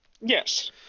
Yes